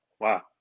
wow